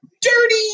dirty